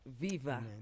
Viva